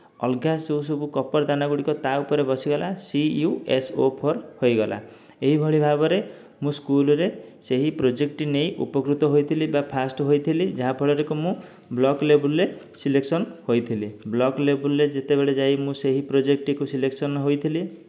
ଅଲଗା ଯେଉଁ ସବୁ କପର ଦାନା ଗୁଡ଼ିକ ତା' ଉପରେ ବସିଗଲା C U S O four ହୋଇଗଲା ଏହିଭଳି ଭାବରେ ମୁଁ ସ୍କୁଲରେ ସେହି ପ୍ରୋଜେକ୍ଟଟି ନେଇ ଉପକୃତ ହେଇଥିଲି ବା ଫାଷ୍ଟ ହେଇଥିଲି ଯାହା ଫଳରେ କି ମୁଁ ବ୍ଲକ୍ ଲେବଲରେ ସିଲେକ୍ଶନ୍ ହୋଇଥିଲି ବ୍ଲକ୍ ଲେବଲରେ ଯେତବେଳେ ଯାଇ ମୁଁ ସେହି ପ୍ରୋଜେକ୍ଟଟିକୁ ସିଲେକ୍ସନ୍ ହୋଇଥିଲି